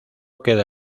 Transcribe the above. queda